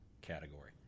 category